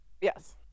Yes